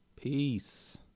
Peace